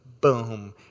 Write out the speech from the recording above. boom